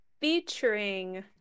featuring